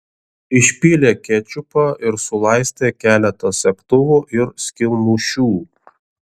išpylė kečupą ir sulaistė keletą segtuvų ir skylmušių